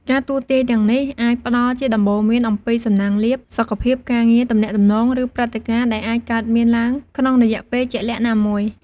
ការទស្សន៍ទាយទាំងនេះអាចផ្តល់ជាដំបូន្មានអំពីសំណាងលាភ សុខភាព ការងារ ទំនាក់ទំនង ឬព្រឹត្តិការណ៍ដែលអាចកើតមានឡើងក្នុងរយៈពេលជាក់លាក់ណាមួយ។